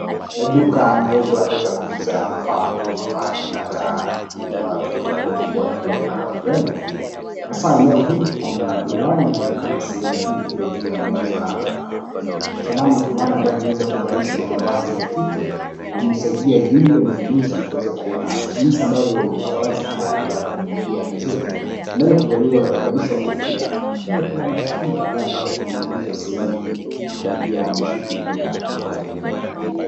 Duka ndogo la kuweza kuuza mapambo, mavazi na ata vifaa tofauti tofauti kwa ajili ya maurembo, hasaa eneo hili, kuna miwani inayoonekana sehemu hili ikiwa juu ya meza kuna sanamu fulani ambayo imeweza kuvalishwa mavazi ya kike kumsaidia yule mnunuzi kuweza kuona hasa jinsi mavazi haya yataweza kumuingia vizuri. Ameweza kuvaliwakuvalishwa kofia na pia kuna mashanag ambayo yameweza kuning'inizwa sehemu hii. Huku pia mishipi pia iko eneo hili.